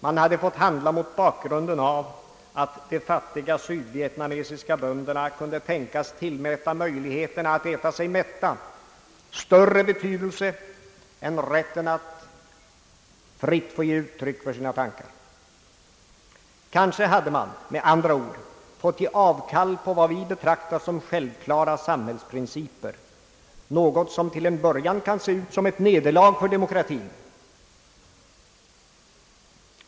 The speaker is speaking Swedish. Man hade fått handla mot bakgrunden av att de fattiga sydvietnamesiska bönderna kunde tänkas tillmäta möjligheterna att äta sig mätta större betydelse än rätten att fritt få ge uttryck för sina tankar. Kanske hade man, med andra ord, fått ge avkall på vad vi bebetraktar som självklara samhällsprinciper, något som till en början kan se ut som ett nederlag för demokratien.